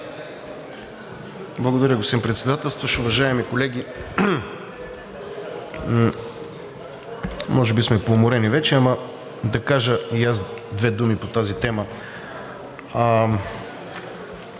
Благодаря, господин Председателстващ. Уважаеми колеги, може би сме поуморени вече, ама да кажа и аз две думи по тази тема.